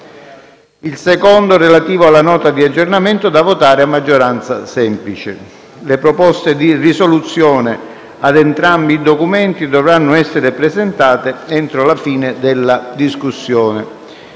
il secondo, relativo alla Nota di aggiornamento da votare a maggioranza semplice. Le proposte di risoluzione a entrambi i documenti dovranno essere presentate entro la fine della discussione.